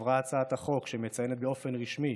עברה הצעת החוק שמציינת באופן רשמי